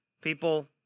people